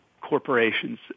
Corporations